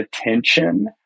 attention